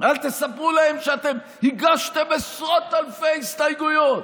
ואל תספרו להם שאתם הגשתם עשרות אלפי הסתייגויות.